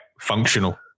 functional